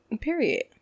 Period